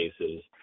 cases